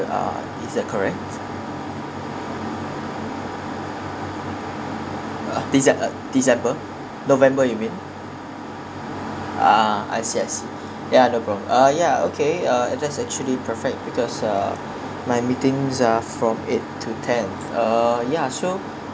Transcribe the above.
ah is that correct ah decem~ uh december november you mean ah I see I see ya novem~ uh ya okay uh and that's actually perfect because uh my meetings are from eight to ten uh ya so